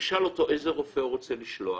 תשאל אותו איזה רופא הוא רוצה לשלוח,